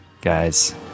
guys